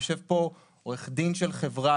יושב פה עורך דין של חברה,